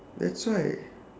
that's why